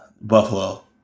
Buffalo